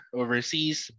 overseas